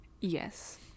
Yes